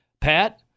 Pat